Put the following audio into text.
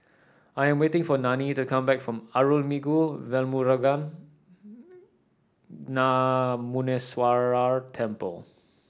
I am waiting for Nanie to come back from Arulmigu Velmurugan Gnanamuneeswarar Temple